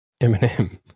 Eminem